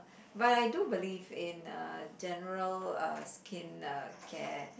but I do believe in uh general uh skin uh care